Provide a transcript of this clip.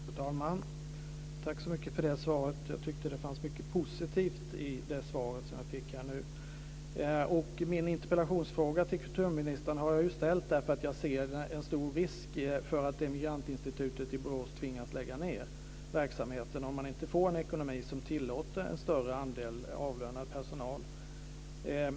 Fru talman! Tack så mycket för det svaret! Jag tyckte att det fanns mycket positivt i det svar som jag fick nu. Min interpellation till kulturministern har jag ställt därför att jag ser en stor risk för att Immigrantinstitutet i Borås tvingas lägga ned verksamheten om man inte får en ekonomi som tillåter en större andel avlönad personal.